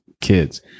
kids